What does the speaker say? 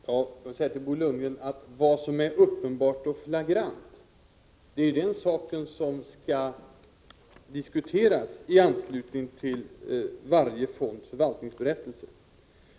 Herr talman! Jag vill säga till Bo Lundgren, att vad som är uppenbart och flagrant är det som skall diskuteras i anslutning till varje fonds förvaltningsberättelse.